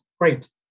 great